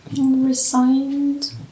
resigned